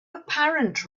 apparent